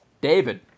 David